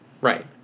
Right